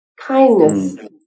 kindness